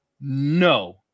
No